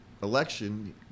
election